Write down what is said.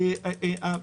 הענישה?